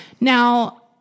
Now